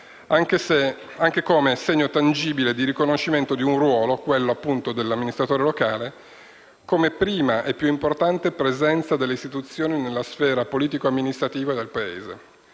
anche come segno tangibile di riconoscimento di un ruolo, quello dell'amministratore locale, come prima e più importante presenza delle istituzioni nella sfera politico-amministrativa del Paese.